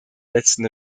letzten